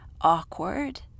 awkward